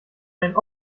einen